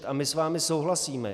A my s vámi souhlasíme.